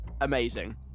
Amazing